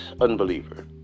unbeliever